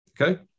Okay